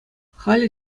халӗ